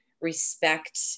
respect